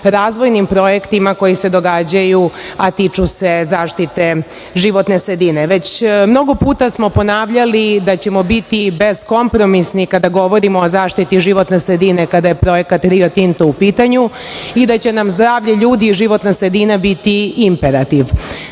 razvojnim projektima koji se događaju, a tiču se zaštite životne sredine. Već mnogo puta smo ponavljali da ćemo biti bez kompromisni kada govorimo o zaštiti životne sredine kada je projekat Rio Tinto u pitanju i da će nam zdravlje ljudi, životna sredina biti imperativ. Sve